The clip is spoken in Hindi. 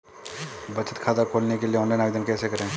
बचत खाता खोलने के लिए ऑनलाइन आवेदन कैसे करें?